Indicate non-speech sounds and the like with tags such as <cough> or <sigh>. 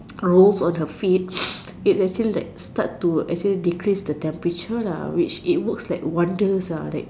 rolls on her feet <noise> it actually like start to actually decrease the temperature lah which it works like wonders ah like